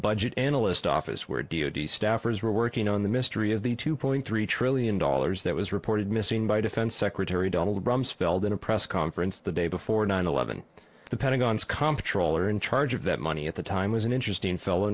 budget analyst office where do you do staffers were working on the mystery of the two point three trillion dollars that was reported missing by defense secretary donald rumsfeld in a press conference the day before nine eleven the pentagon's competitions all are in charge of that money at the time was an interesting fellow